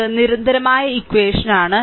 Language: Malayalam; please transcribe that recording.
ഇത് നിരന്തരമായ ഇക്വഷനാണ്